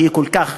שהיא כל כך